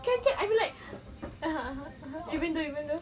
kan kan I mean like (uh huh) !huh! even though even though